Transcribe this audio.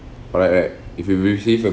alright alright if you receive a